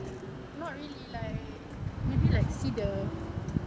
not really like maybe like see the